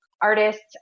artists